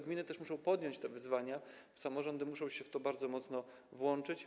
Gminy też muszą podjąć te wyzwania, samorządy muszą się w to bardzo mocno włączyć.